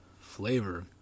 Flavor